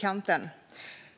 Det gäller alla.